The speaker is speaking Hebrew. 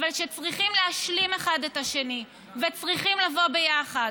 אבל שצריכים להשלים אחד את השני וצריכים לבוא ביחד.